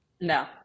No